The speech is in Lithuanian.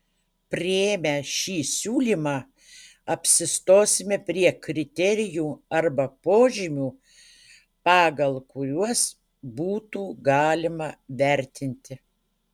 priėmę šį siūlymą apsistosime prie kriterijų arba požymių pagal kuriuos būtų galima vertinti